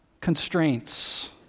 constraints